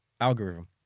Algorithm